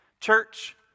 Church